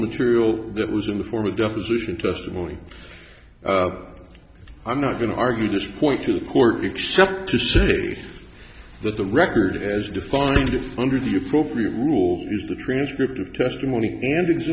material that was in the form of deposition testimony i'm not going to argue this point to the court except to say that the record is defined if under the appropriate rule is the transcript of testimony and